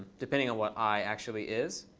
depending on what i actually is.